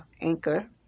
anchor